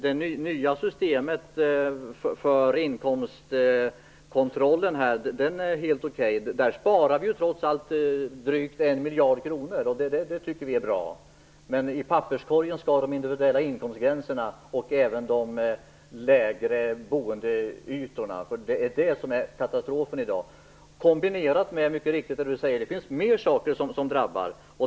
Det nya systemet för inkomstkontroll är helt okej. Där sparar vi trots allt drygt en miljard kronor, och det tycker vi är bra. Men i papperskorgen skall förslaget om individuella inkomstgränser och även förslaget om mindre boendeytor. Det är det som är katastrofen i dag. Det finns, som Owe Hellberg mycket riktigt säger, fler saker som drabbar.